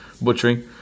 butchering